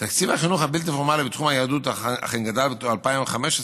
תקציב החינוך הבלתי-פורמלי בתחום היהדות אכן גדל ב-2015,